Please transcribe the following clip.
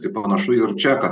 tai panašu ir čia kad